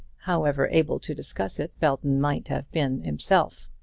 however able to discuss it belton might have been himself.